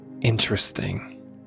Interesting